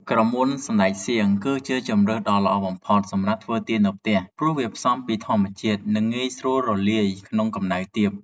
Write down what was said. ក្រមួនសណ្ដែកសៀង គឺជាជម្រើសដ៏ល្អបំផុតសម្រាប់ធ្វើទៀននៅផ្ទះ ព្រោះវាផ្សំពីធម្មជាតិ និងងាយស្រួលរលាយក្នុងកម្ដៅទាប។